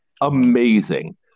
amazing